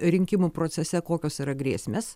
rinkimų procese kokios yra grėsmės